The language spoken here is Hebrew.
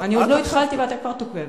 את --- אני עוד לא התחלתי ואתה כבר תוקף,